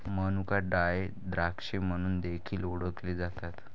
मनुका ड्राय द्राक्षे म्हणून देखील ओळखले जातात